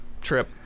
trip